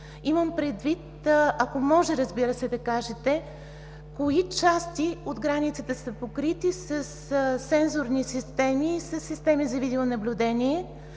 Имам предвид, ако може, разбира се, да кажете – кои части от границата са покрити със сензорни системи и със системи за видеонаблюдение?